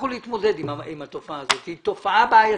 יצטרכו להתמודד עם התופעה הזאת שהיא תופעה בעייתית.